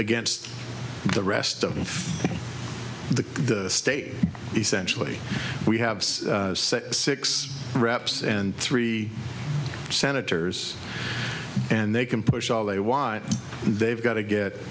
against the rest of the state essentially we have six reps and three senators and they can push all they want and they've got to get